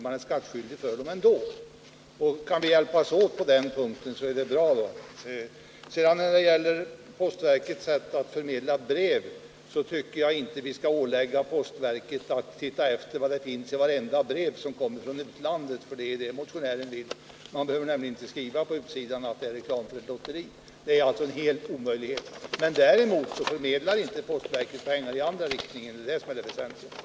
Man är skattskyldig för dem i båda fallen, och om vi kan hjälpas åt på den här punkten är det naturligtvis bra. Vad sedan gäller postverkets sätt att förmedla brev tycker jag inte att vi, som motionären vill, skall ålägga postverket att undersöka vad som finns i vartenda brev som kommer från utlandet — man behöver inte ange på ett kuvert att det innehåller reklam för ett lotteri. Det är en ren omöjlighet. Postverket får däremot inte förmedla pengar i den andra riktningen, och det är detta som är det väsentliga.